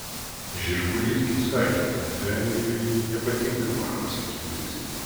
žirgulys gi sakė kad vengriui nepatinka mano sakinys